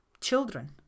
Children